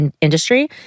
industry